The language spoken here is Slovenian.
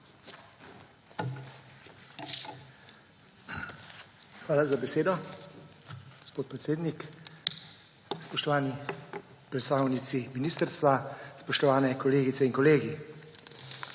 Hvala za besedo, gospod predsednik. Spoštovani predstavnici ministrstva, spoštovani kolegice in kolegi!